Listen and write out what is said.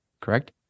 correct